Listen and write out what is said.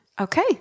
Okay